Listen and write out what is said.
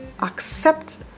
accept